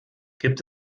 gibt